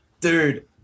dude